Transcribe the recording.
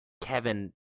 kevin